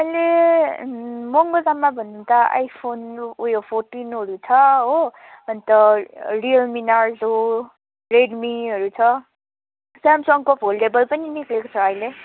अहिले महँगो दाममा भन्दा आइफोन उयो फोर्टिनहरू छ हो अन्त रियलमी नार्जो रेडमीहरू छ स्यामसङको फोल्डेबल पनि निस्केको छ अहिले